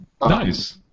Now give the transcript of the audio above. Nice